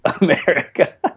America